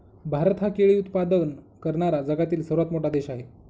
भारत हा केळी उत्पादन करणारा जगातील सर्वात मोठा देश आहे